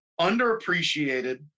underappreciated